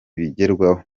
bigerwaho